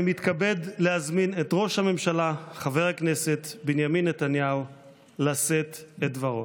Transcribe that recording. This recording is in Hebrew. אני מתכבד להזמין את ראש הממשלה חבר הכנסת בנימין נתניהו לשאת את דברו.